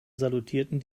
salutierten